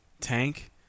tank